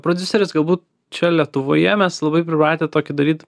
prodiuseris galbūt čia lietuvoje mes labai pripratę tokį daryt